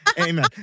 Amen